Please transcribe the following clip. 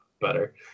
better